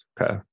Okay